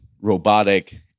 robotic